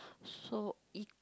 so y~